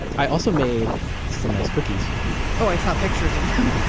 i also made some nice cookies oh, i saw pictures of them.